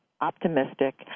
optimistic